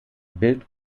bild